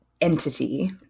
entity